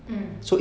mm